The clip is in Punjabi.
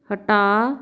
ਹਟਾ